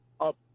up